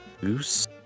Goose